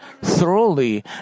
thoroughly